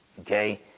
okay